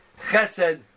Chesed